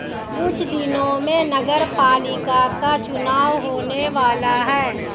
कुछ दिनों में नगरपालिका का चुनाव होने वाला है